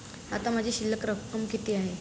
आता माझी शिल्लक रक्कम किती आहे?